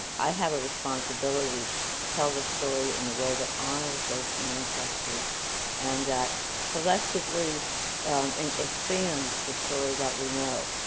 i had a responsibly to tell the story in a way that honors those ancestors and that collectively it and expands the story that we know.